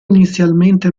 inizialmente